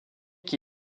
qui